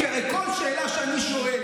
כי הרי כל שאלה שאני שואל,